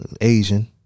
Asian